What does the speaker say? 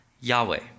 Yahweh